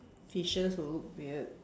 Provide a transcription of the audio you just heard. fishes will look weird